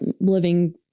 living